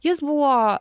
jis buvo